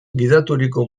gidaturiko